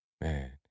Man